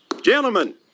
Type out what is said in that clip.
Gentlemen